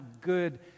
good